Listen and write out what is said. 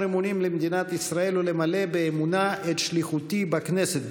אמונים למדינת ישראל ולמלא באמונה את שליחותי בכנסת".